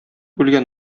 үлгән